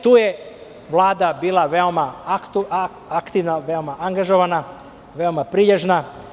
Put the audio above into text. Tu je Vlada bila veoma aktivna, veoma angažovana, veoma prilježna.